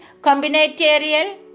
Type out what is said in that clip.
Combinatorial